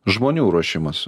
žmonių ruošimas